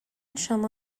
شما